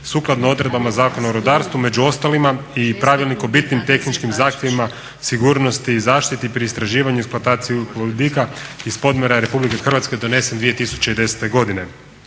sukladno odredbama Zakona o rudarstvu, među ostalim i Pravilnik o bitnim tehničkim zahtjevima sigurnosti i zaštiti pri istraživanju i eksploataciji ugljikovodika iz podmorja Republike Hrvatske donesen 2010. godine.